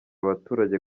abaturage